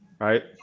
Right